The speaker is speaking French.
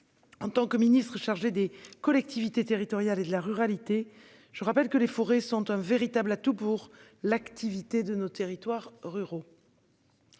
En tant que ministre chargée des collectivités territoriales et de la ruralité, je rappelle que les forêts sont un véritable atout pour l'activité de nos territoires ruraux.